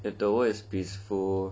if the world is peaceful